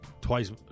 twice